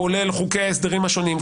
כולל חוקי ההסדרים השונים,